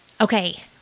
Okay